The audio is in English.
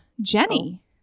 jenny